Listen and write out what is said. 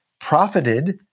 profited